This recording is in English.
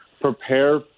prepare